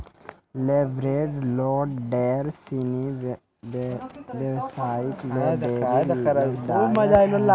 leveraged loan ढेर सिनी व्यवसायी ल ढेरी लाभदायक छै